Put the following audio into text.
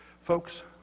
Folks